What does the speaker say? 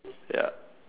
yeah